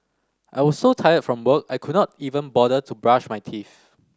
I was so tired from work I could not even bother to brush my teeth